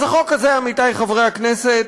אז החוק הזה, עמיתי חברי הכנסת,